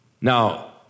Now